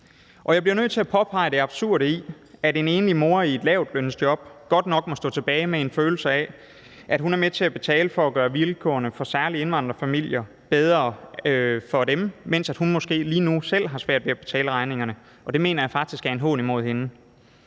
jeg bliver nødt til at påpege det absurde i det. En enlig mor i et lavtlønsjob må godt nok stå tilbage med en følelse af, at hun er med til at betale for at gøre vilkårene for særlig indvandrerfamilier bedre, mens hun måske lige nu selv har svært ved at betale regningerne. Det mener jeg faktisk er en hån imod hende.